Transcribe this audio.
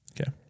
Okay